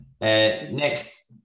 Next